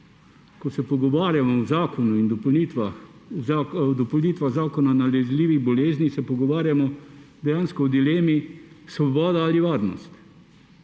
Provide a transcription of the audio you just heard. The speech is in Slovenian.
ko se pogovarjamo o zakonu in dopolnitvah Zakona o nalezljivih bolezni se pogovarjamo dejansko o dilemi: svoboda ali varnost.